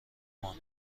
ماند